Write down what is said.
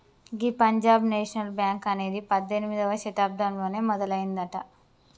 గీ పంజాబ్ నేషనల్ బ్యాంక్ అనేది పద్దెనిమిదవ శతాబ్దంలోనే మొదలయ్యిందట